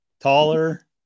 taller